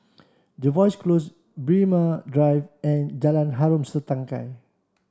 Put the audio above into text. Jervois Close Braemar Drive and Jalan Harom Setangkai